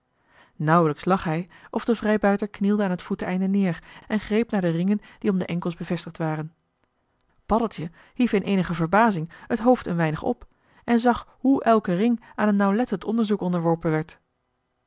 nauwelijks lag hij of de vrijbuiter knielde aan het voeteneinde neer en greep naar de ringen die om de enkels bevestigd waren paddeltje hief in eenige verbazing het hoofd een weinig op en zag hoe elke ring aan een nauwlettend onderzoek onderworpen werd